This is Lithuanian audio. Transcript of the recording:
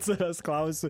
savęs klausiu